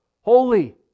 Holy